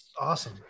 awesome